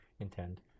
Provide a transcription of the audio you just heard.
intend